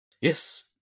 yes